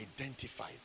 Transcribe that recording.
identify